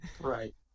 Right